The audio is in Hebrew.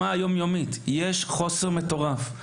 יש מחסור מטורף.